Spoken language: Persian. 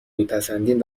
میپسندین